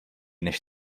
než